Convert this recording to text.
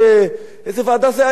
איזו ועדה זה היה?